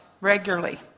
regularly